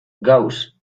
gauss